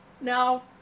Now